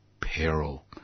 Peril